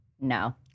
no